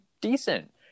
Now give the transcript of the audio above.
decent